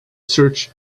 search